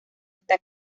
está